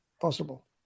possible